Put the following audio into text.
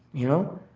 you know.